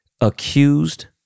accused